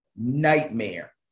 nightmare